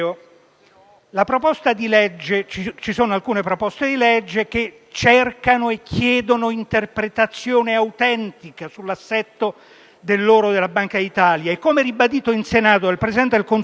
Ci sono alcune proposte di legge che cercano e chiedono un'interpretazione autentica sull'assetto dell'oro della Banca d'Italia che, come ribadito in Senato dal presidente del Consiglio